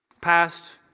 Past